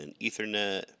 Ethernet